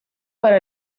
para